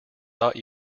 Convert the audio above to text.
thought